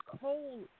cold